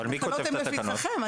התקנות הם לפתחכם,